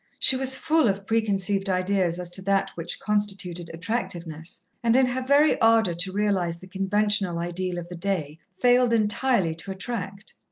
she was full of preconceived ideas as to that which constituted attractiveness, and in her very ardour to realize the conventional ideal of the day failed entirely to attract.